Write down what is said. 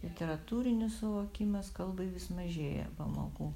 literatūrinis suvokimas kalbai vis mažėja pamokų